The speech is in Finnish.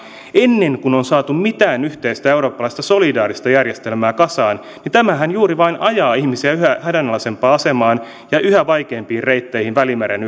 ennen kuin on saatu mitään yhteistä eurooppalaista solidaarista järjestelmää kasaan juuri vain ajaa ihmisiä yhä hädänalaisempaan asemaan ja yhä vaikeampiin reitteihin välimeren